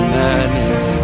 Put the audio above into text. madness